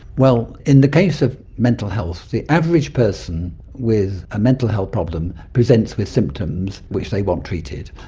well, in the case of mental health the average person with a mental health problem presents with symptoms which they want treated.